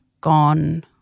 gone